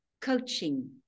coaching